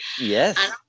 Yes